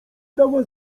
dała